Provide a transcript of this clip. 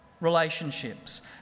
relationships